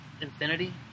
Infinity